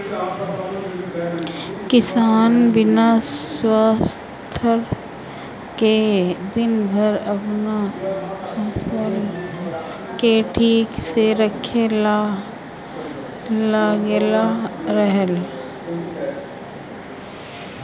किसान बिना स्वार्थ के दिन रात आपन फसल के ठीक से रखे ला लागल रहेला